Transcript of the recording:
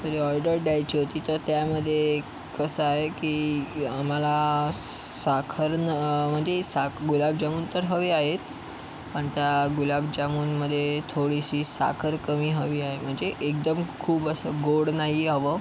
sir order द्यायची होती तर त्यामध्ये कसं आहे की आम्हाला साखर ना म्हणजे साक गुलाबजामून तर हवे आहेत पण त्या गुलाबजामूनमध्ये थोडीशी साखर कमी हवी आहे म्हणजे एकदम खूप असं गोड नाही हवं